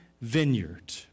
vineyard